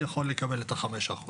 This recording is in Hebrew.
יכול לקבל את החמש אחוז.